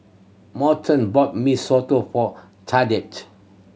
Morton bought Mee Soto for